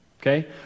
Okay